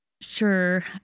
Sure